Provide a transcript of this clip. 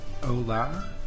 Hola